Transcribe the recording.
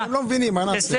הם לא מבינים מה נעשה.